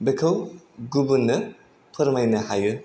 बेखौ गुबुननो फोरमायनो हायो